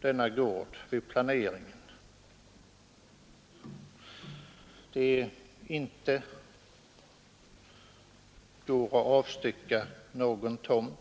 denna gård vid planeringen, innebär det att det inte går att avstycka någon tomt.